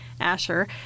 Asher